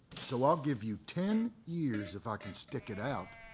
so i'll give you ten years, if i can stick it out.